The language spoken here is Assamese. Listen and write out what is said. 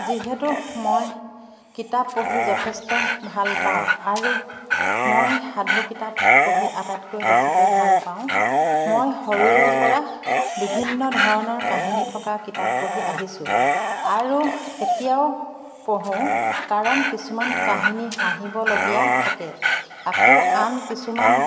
যিহেতু মই কিতাপ পঢ়ি যথেষ্ট ভাল পাওঁ আৰু মই সাধু কিতাপ পঢ়ি আটাইতকৈ বেছিকৈ ভাল পাওঁ মই সৰুৰে পৰা বিভিন্ন ধৰণৰ কাহিনী থকা কিতাপ পঢ়ি আহিছোঁ আৰু এতিয়াও পঢ়ো কাৰণ কিছুমান কাহিনী হাঁহিবলগীয়া থাকে আকৌ আন কিছুমান